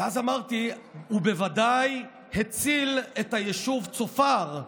אז אמרתי, הוא בוודאי הציל את היישוב צופר,